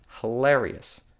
Hilarious